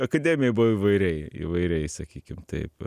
akademijoj buvo įvairiai įvairiai sakykim taip